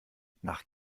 nach